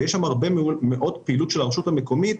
יש שם הרבה מאוד פעילות של הרשות המקומית,